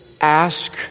ask